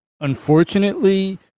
unfortunately